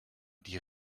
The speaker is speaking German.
die